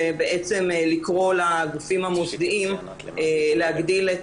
ובעצם לקרוא לגופים המוסדיים להגדיל את